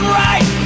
right